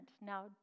Now